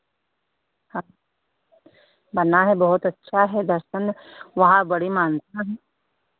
हाँ बना है बहुत अच्छा है दर्शन वहाँ बड़ी मान्यता है